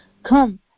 Come